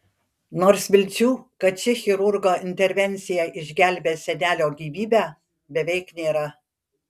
nors vilčių kad ši chirurgo intervencija išgelbės senelio gyvybę beveik nėra